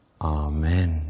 Amen